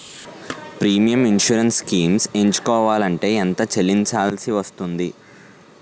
Premium insurance schemes ఎంచుకోవలంటే ఎంత చల్లించాల్సివస్తుంది??